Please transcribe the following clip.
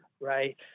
right